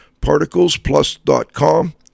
ParticlesPlus.com